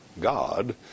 God